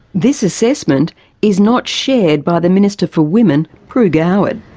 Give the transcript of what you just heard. this assessment is not shared by the minister for women, pru goward.